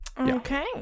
Okay